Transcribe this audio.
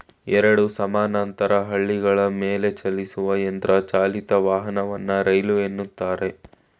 ಎರಡು ಸಮಾನಾಂತರ ಹಳಿಗಳ ಮೇಲೆಚಲಿಸುವ ಯಂತ್ರ ಚಾಲಿತ ವಾಹನವನ್ನ ರೈಲು ಎನ್ನುತ್ತಾರೆ